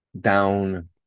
down